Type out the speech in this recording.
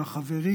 לחברים,